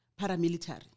paramilitary